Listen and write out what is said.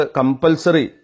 compulsory